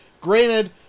Granted